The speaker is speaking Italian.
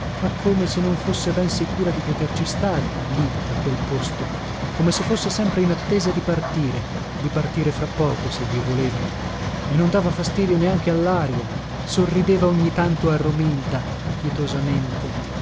ma come se non fosse ben sicura di poterci stare lì a quel posto come se fosse sempre in attesa di partire di partire fra poco se dio voleva e non dava fastidio neanche allaria sorrideva ogni tanto a romilda pietosamente